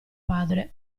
padre